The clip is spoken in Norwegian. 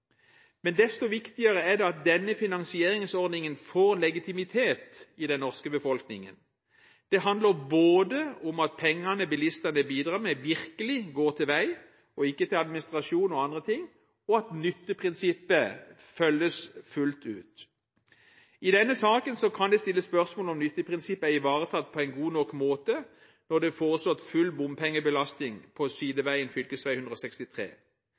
Desto viktigere er det at denne finansieringsordningen får en legitimitet i den norske befolkningen. Det handler både om at pengene bilistene bidrar med, virkelig går til vei og ikke til administrasjon og andre ting, og om at nytteprinsippet følges fullt ut. I denne saken kan det stilles spørsmål om nytteprinsippet er ivaretatt på en god nok måte når det er foreslått full bompengebelastning på sideveien, fv. 163.